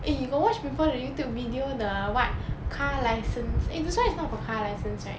eh you got watch people the YouTube video the what car license eh this [one] it's not for car license right